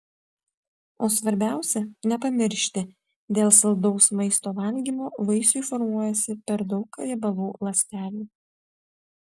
o svarbiausia nepamiršti dėl saldaus maisto valgymo vaisiui formuojasi per daug riebalų ląstelių